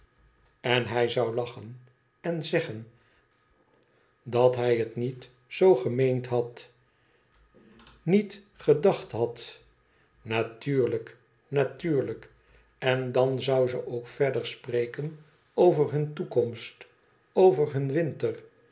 en hij zou lachen en zeggen dat hij het niet zoo gemeend i q met gedacnt ma naruurujk natuurlijk en aan zou ze ook verder spreken over hun toekomst over hun winter